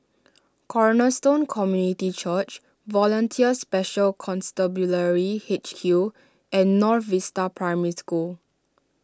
Cornerstone Community Church Volunteer Special Constabulary H Q and North Vista Primary School